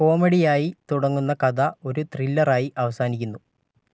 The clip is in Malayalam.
കോമഡിയായി തുടങ്ങുന്ന കഥ ഒരു ത്രില്ലറായി അവസാനിക്കുന്നു